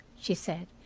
she said,